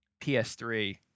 PS3